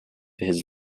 his